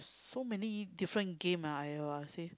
so many different game ah !aiyo! I see